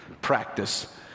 practice